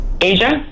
Asia